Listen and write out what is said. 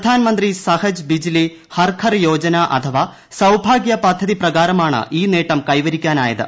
പ്രധാൻമന്ത്രി സഹജ് ബിജലി ഹർ ഘർ യോജന അഥവാ സൌഭാഗ്യ പദ്ധതി പ്രകാരമാണ് ഈ നേട്ടം കൈവരിക്കാനായത്